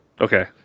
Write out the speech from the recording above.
Okay